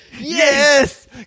Yes